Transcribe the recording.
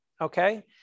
okay